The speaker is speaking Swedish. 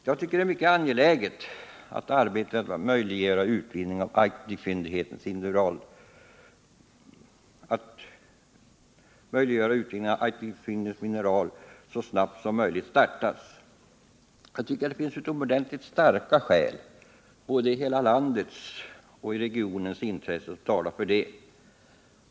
Jag tycker det är mycket angeläget att arbetet med att möjliggöra utvinning av Aitikfyndighetens industrimineral så snart som möjligt startas. Det finns utomordentligt starka skäl, såväl i hela landets som i regionens intresse, som talar för detta.